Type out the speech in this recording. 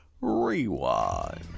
Rewind